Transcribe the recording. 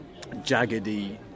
jaggedy